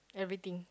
everything